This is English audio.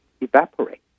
evaporate